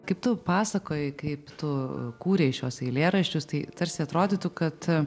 kaip tu pasakojai kaip tu kūrei šiuos eilėraščius tai tarsi atrodytų kad